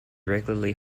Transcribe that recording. regularly